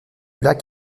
lac